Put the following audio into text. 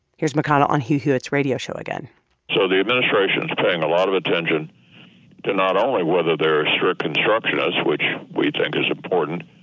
here's mcconnell on hugh hewitt's radio show again so the administration's paying a lot of attention to not only whether they're a strict constructionist, which we think is important,